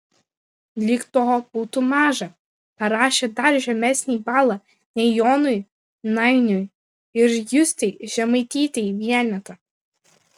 lyg to būtų maža parašė dar žemesnį balą nei jonui nainiui ir justei žemaitytei vienetą